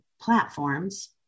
platforms